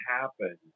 happen